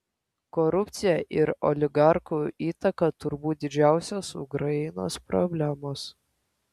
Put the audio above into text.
korupcija ir oligarchų įtaka turbūt didžiausios ukrainos problemos